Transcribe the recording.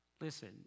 listen